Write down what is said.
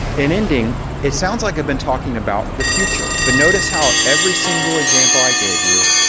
in ending, it sounds like i've been talking about the future. but notice how every single example i gave you,